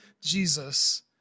Jesus